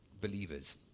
believers